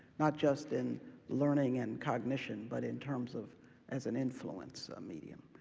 not just in learning and cognition, but in terms of as an influential medium,